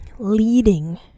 leading